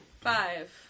Five